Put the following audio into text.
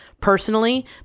personally